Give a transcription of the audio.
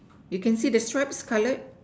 you can see the stripes colored